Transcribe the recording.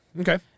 Okay